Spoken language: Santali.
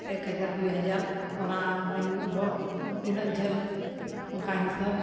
ᱮᱠ ᱦᱟᱡᱟᱨ ᱫᱩᱭ ᱦᱟᱡᱟᱨ ᱚᱱᱟ ᱢᱮᱱ ᱦᱚᱨ ᱛᱤᱱᱟᱹᱜ ᱡᱷᱟᱹᱞ ᱚᱱᱠᱟ ᱦᱤᱥᱟᱹᱵ